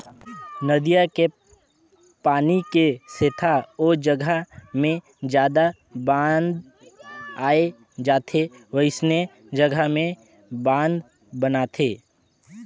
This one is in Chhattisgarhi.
नदिया के पानी के सेथा ओ जघा मे जादा बाद आए जाथे वोइसने जघा में बांध बनाथे